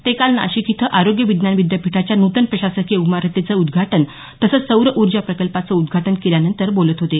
ते काल नाशिक इथं आरोग्य विज्ञान विद्यापीठाच्या नूतन प्रशासकीय इमारतीचं उद्धाटन तसंच सौरउर्जा प्रकल्पाचं उदघाटन केल्यानंतर बोलत होते